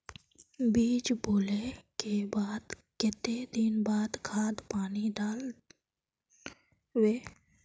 बीज बोले के बाद केते दिन बाद खाद पानी दाल वे?